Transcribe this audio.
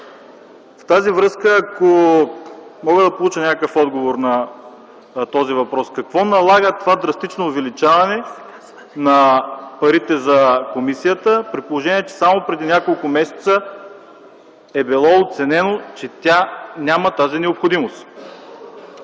В тази връзка, ако мога да получа някакъв отговор на този въпрос: какво налага това драстично увеличаване на парите за комисията при положение, че само преди няколко месеца е било оценено, че тя няма тази необходимост?